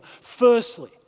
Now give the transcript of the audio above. Firstly